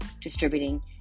distributing